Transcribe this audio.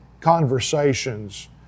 conversations